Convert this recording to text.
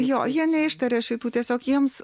kai jo jie neištaria šitų tiesiog jiems